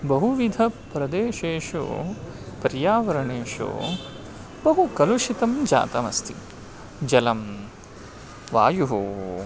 बहुविधप्रदेशेषु पर्यावरणेषु बहु कलुषितं जातमस्ति जलं वायुः